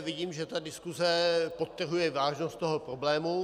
Vidím, že ta diskuse podtrhuje vážnost toho problému.